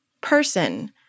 person